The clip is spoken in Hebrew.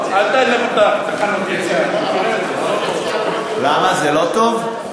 אל תעלה את תחנות היציאה, למה, זה לא טוב?